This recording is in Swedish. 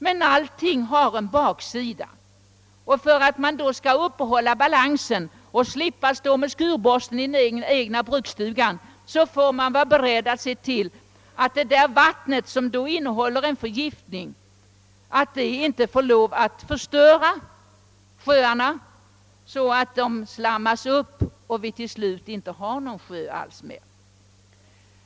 Men allting har en baksida, och för att man skall kunna upprätthålla balansen i naturen och ändå slippa stå med skurborsten i den egna bykstugan får man vara beredd att se till att tvättvattnet, som innehåller en förgiftning, inte släpps ut så att det kan förstöra sjöarna; dessa slammas annars upp så att vi till sist inte längre har några sjöar.